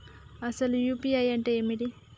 అసలు యూ.పీ.ఐ అంటే ఏమిటి?